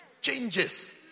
changes